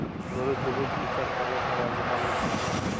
গরুর দুহুদ ইকট তরল খাবার যেট আমরা খাই